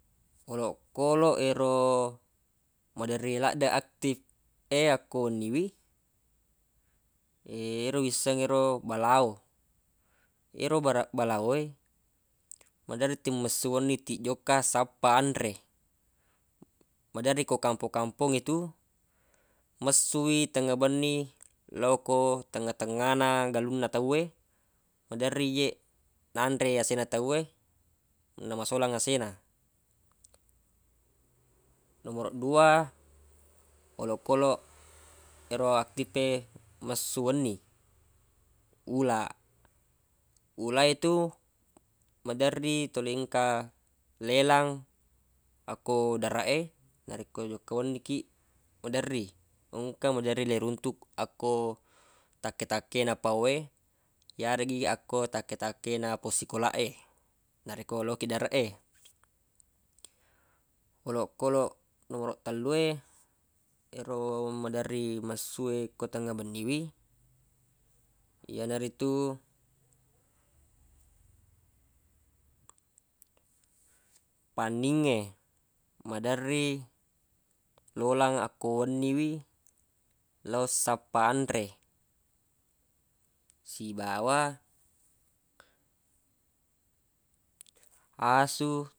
Olokkoloq ero maderri laddeq aktif e akko wenni wi ero wissengnge ro balao. Yero bara- balao we maderri ti messu wenni ti jokka sappa anre maderri ko kampong-kampongnge tu messu i tengnga benni lo ko tengnga-tengnga na galunna tawwe maderri je nanre ase na tawwe namasolang ase na. Nomoroq dua olokoloq ero aktif e messu wenni ula ula etu maderri tuli engka lelang akko darraq e narekko jokka wenni kiq maderri engka maderri le runtuq akko takke-takke na pao we yareggi akko takke-takke na possikolaq e narekko lo kiq dareq e. Olokkoloq nomoroq tellu e ero maderri messu e ko tengnga benni wi yanaritu panningnge maderri lolang akko wenni wi lo sappa anre sibawa asu.